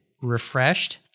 refreshed